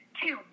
two